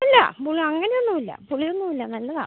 ഇല്ല അങ്ങനെയൊന്നുമില്ല പുളിയൊന്നുമില്ല നല്ലതാണ്